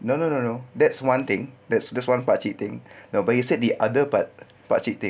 no no no no that's one thing that's this [one] pakcik thing but he said the other part pakcik thing